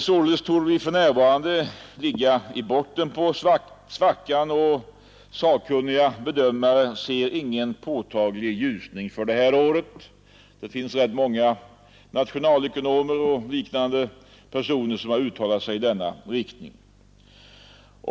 Således torde vi för närvarande ligga i botten på svackan, och sakkunniga bedömare ser ingen påtaglig ljusning för det här året. Det finns rätt många nationalekonomer och liknande personer som har uttalat sig i denna riktning.